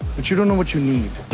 but you don't know what you need.